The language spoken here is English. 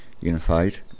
unified